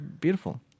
Beautiful